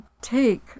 take